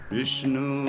Vishnu